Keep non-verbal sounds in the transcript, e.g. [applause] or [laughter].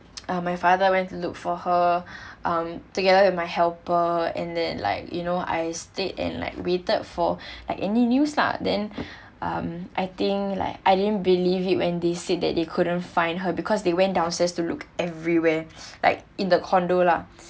uh [noise] my father went to look for her um together with my helper and then like you know I stayed and like waited for like any news lah um then I think like I didn't believe it when they said that they couldn't find her because they went downstairs to look everywhere like in the condo lah